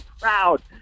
proud